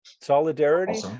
solidarity